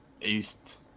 east